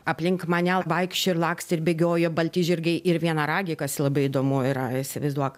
aplink mane vaikščiojo ir lakstė ir bėgiojo balti žirgai ir vienaragiai kas labai įdomu yra įsivaizduok